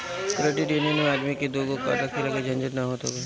credit union मे आदमी के दूगो कार्ड रखला के झंझट ना होत हवे